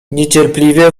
niecierpliwie